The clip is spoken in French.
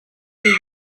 huit